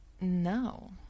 no